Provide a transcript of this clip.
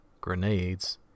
grenades